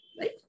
right